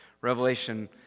Revelation